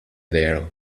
there